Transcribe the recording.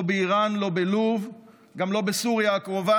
לא באיראן, לא בלוב, גם לא בסוריה הקרובה.